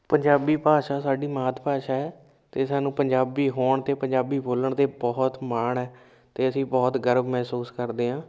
ਪੰਜਾਬੀ ਭਾਸ਼ਾ ਸਾਡੀ ਮਾਤ ਭਾਸ਼ਾ ਹੈ ਅਤੇ ਸਾਨੂੰ ਪੰਜਾਬੀ ਹੋਣ 'ਤੇ ਪੰਜਾਬੀ ਬੋਲਣ 'ਤੇ ਬਹੁਤ ਮਾਣ ਹੈ ਅਤੇ ਅਸੀਂ ਬਹੁਤ ਗਰਬ ਮਹਿਸੂਸ ਕਰਦੇ ਹਾਂ